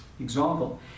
example